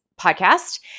podcast